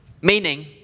meaning